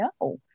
no